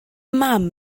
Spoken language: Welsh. mam